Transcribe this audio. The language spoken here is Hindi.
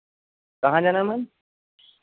कहाँ जाना है मैम